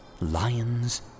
Lions